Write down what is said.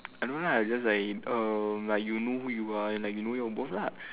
I don't know lah I just like um like you know who you are and like you know your worth lah